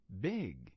big